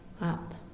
up